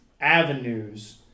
avenues